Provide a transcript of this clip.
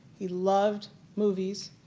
he loved movies.